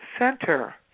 Center